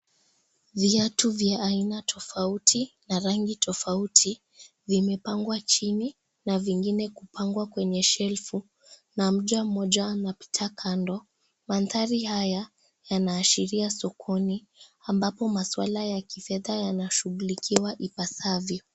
Viatu vya aina tofauti na rangi tofauti vimepangwa chini na vingine kupangwa kwenye shelfu na mja mmoja anapita kando mandari haya yanaashiria sokoni ambapo maswala ya kifedha yanashugulikiwa ipasavyo.